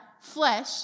flesh